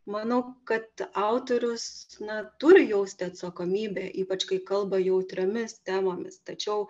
manau kad autorius na turi jausti atsakomybę ypač kai kalba jautriomis temomis tačiau